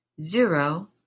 zero